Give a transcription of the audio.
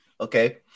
Okay